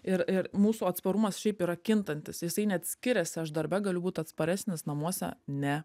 ir ir mūsų atsparumas šiaip yra kintantis jisai net skiriasi aš darbe galiu būt atsparesnis namuose ne